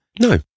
No